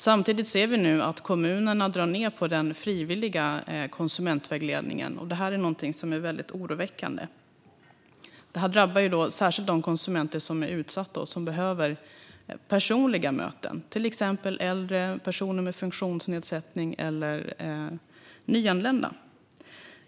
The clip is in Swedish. Samtidigt ser vi nu att kommunerna drar ned på den frivilliga konsumentvägledningen, och det är någonting som är väldigt oroväckande. Det drabbar särskilt de konsumenter som är utsatta och som behöver personliga möten, till exempel äldre, personer med funktionsnedsättning och nyanlända.